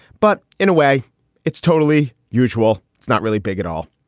but in a way it's totally usual. it's not really big at all.